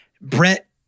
Brett